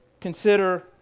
consider